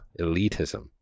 elitism